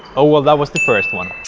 o well, that was the first one.